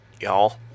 y'all